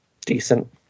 decent